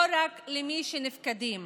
לא רק למי שנפקדים